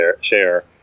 share